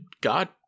god